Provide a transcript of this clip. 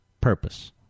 purpose